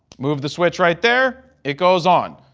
move the switch right there. it goes on.